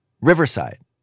Riverside